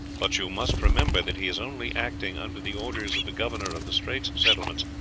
but you must remember that he is only acting under the orders of the governor of the straits settlements,